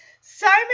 Simon